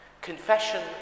Confession